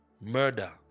murder